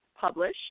publish